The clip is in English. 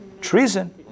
Treason